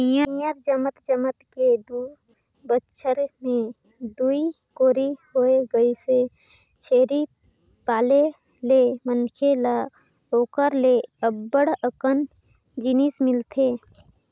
पियंर जमत जमत के दू बच्छर में दूई कोरी होय गइसे, छेरी पाले ले मनखे ल ओखर ले अब्ब्ड़ अकन जिनिस मिलथे